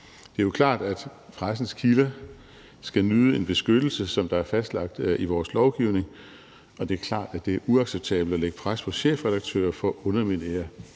Det er jo klart, at pressens kilder skal nyde en beskyttelse, som er fastlagt i vores lovgivning, og det er klart, at det er uacceptabelt at lægge pres på chefredaktører for at underminere